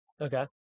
Okay